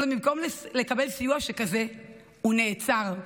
אולם במקום לקבל סיוע שכזה הוא נעצר.